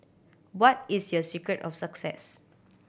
what is your secret of success